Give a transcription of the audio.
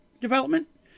development